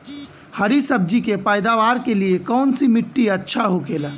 हरी सब्जी के पैदावार के लिए कौन सी मिट्टी अच्छा होखेला?